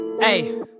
Hey